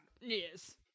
Yes